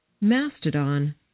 Mastodon